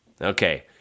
Okay